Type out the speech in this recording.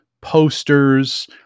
posters